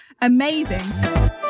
amazing